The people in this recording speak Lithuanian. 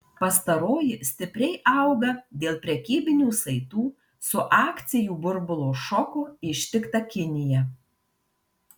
pastaroji stipriai auga dėl prekybinių saitų su akcijų burbulo šoko ištikta kinija